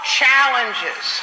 challenges